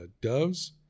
doves